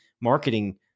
marketing